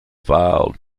filed